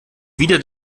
wieder